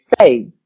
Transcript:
say